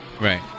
Right